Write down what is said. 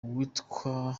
uwitwa